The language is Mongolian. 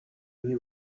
миний